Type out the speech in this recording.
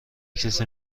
کسی